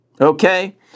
Okay